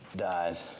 dies.